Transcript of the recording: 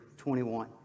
21